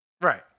Right